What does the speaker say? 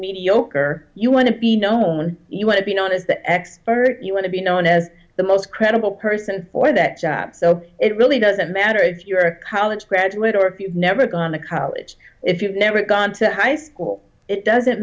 mediocre you want to be known you want to be known as the expert you want to be known as the most credible person for that job so it really doesn't matter if you're a college graduate or if you've never gone to college if you've never gone to high school it doesn't